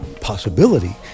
possibility